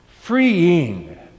Freeing